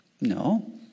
No